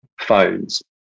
phones